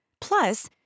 Plus